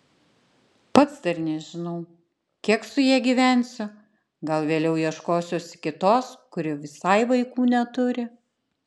pats dar nežinau kiek su ja gyvensiu gal vėliau ieškosiuosi kitos kuri visai vaikų neturi